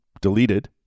deleted